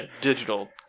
digital